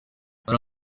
hari